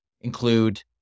include